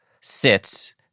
sits